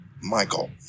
Michael